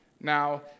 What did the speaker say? Now